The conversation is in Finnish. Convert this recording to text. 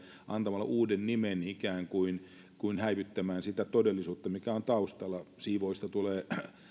antamalla uuden nimen ikään kuin häivyttää sitä todellisuutta mikä on taustalla siivoojista tulee